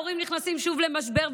ההורים נכנסים שוב למשבר,